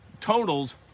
totals